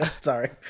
Sorry